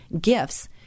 gifts